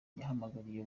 yahamagariye